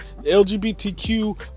LGBTQ